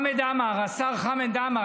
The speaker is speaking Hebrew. השר חמד עמאר,